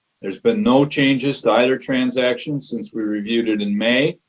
there's been no changes to either transactions since we reviewed it in may.